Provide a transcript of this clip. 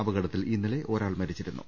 അപകടത്തിൽ ഇന്നലെ ഒരാൾ മരിച്ചിരുന്നു